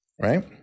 right